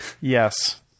Yes